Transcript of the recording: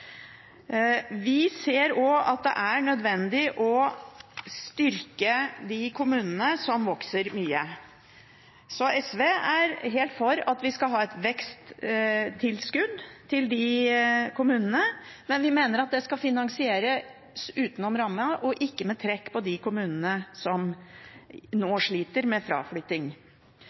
Vi ser også at det er nødvendig å styrke de kommunene som vokser mye. SV er for at vi skal ha et veksttilskudd til de kommunene, men vi mener at det skal finansieres utenom rammen og ikke med trekk for de kommunene som nå sliter med fraflytting.